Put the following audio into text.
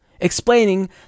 explaining